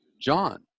John